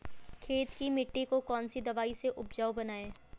खेत की मिटी को कौन सी दवाई से उपजाऊ बनायें?